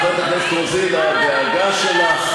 חברת הכנסת רוזין, הדאגה שלך,